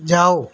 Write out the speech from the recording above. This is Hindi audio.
जाओ